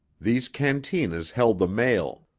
these cantinas held the mail.